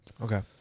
okay